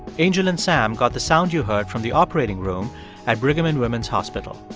angel and sam got the sound you heard from the operating room at brigham and women's hospital.